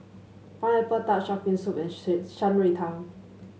Pineapple Tart shark fin soup and Shan Rui Tang